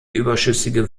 überschüssige